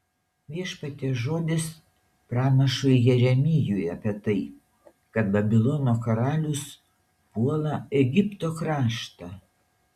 viešpaties žodis pranašui jeremijui apie tai kad babilono karalius puola egipto kraštą